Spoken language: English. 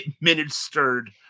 administered